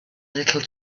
little